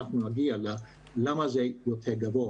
אנחנו נגיע למה זה יותר גבוה.